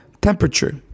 temperature